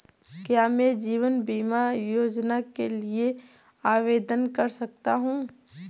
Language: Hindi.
क्या मैं जीवन बीमा योजना के लिए आवेदन कर सकता हूँ?